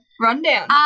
rundown